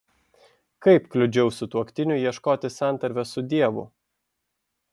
kaip kliudžiau sutuoktiniui ieškoti santarvės su dievu